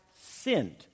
sinned